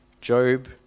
Job